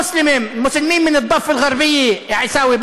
המוסלמים מהגדה המערבית, הוי עיסאווי,